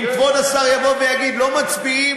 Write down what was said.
אם כבוד השר יבוא ויגיד: לא מצביעים,